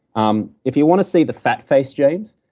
um if you want to see the fat-faced james,